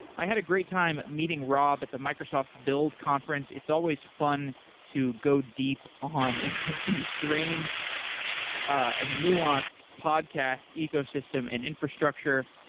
i had a great time meeting rob at the microsoft build conference. it's always fun to go deep on the strange and nuanced podcast ecosystem and infrastructure.